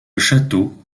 château